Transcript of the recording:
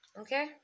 okay